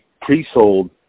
pre-sold